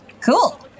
Cool